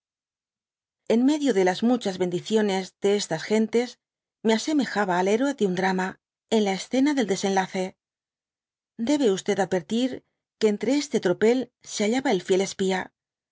en medio de las muchas bendidones de estas gentes me asemejaba al héroe de un dramaen la escena del desenlace debe advertir que entre este tropel se halkj a el fiel espia